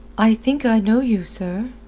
i think i know you, sir,